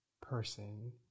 person